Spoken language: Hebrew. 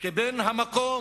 כבן המקום